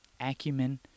acumen